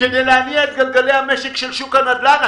כדי להניע את גלגלי המשק של שוק הנדל"ן?